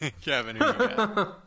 Kevin